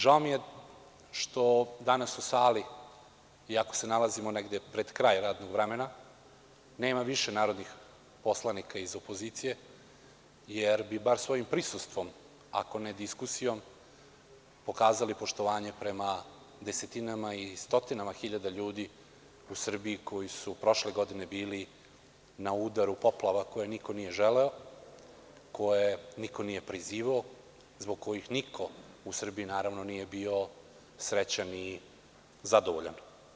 Žao mi je što danas u sali, iako se nalazimo negde pred kraj radnog vremena, nema više narodnih poslanika iz opozicije, jer bi bar svojim prisustvom, ako ne diskusijom, pokazali poštovanje prema desetinama i stotinama hiljada ljudi u Srbiji koji su prošle godine bili na udaru poplava koje niko nije želeo, koje niko nije prizivao, zbog kojih niko u Srbiji, naravno, nije bio srećan i zadovoljan.